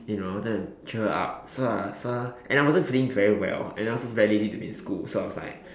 you know to cheer her up so I asked her and I wasn't really feeling very well and I was also very lazy to be in school so I was like